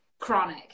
chronic